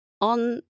on